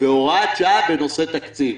בהוראת שעה בנושא תקציב,